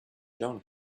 john